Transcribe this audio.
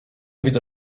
widzę